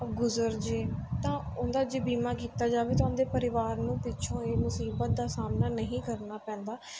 ਗੁਜ਼ਰ ਜਾਏ ਤਾਂ ਉਹਦਾ ਜੇ ਬੀਮਾ ਕੀਤਾ ਜਾਵੇ ਤਾਂ ਉਹਦੇ ਪਰਿਵਾਰ ਨੂੰ ਪਿੱਛੋਂ ਇਹ ਮੁਸੀਬਤ ਦਾ ਸਾਹਮਣਾ ਨਹੀਂ ਕਰਨਾ ਪੈਂਦਾ